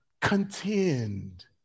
Contend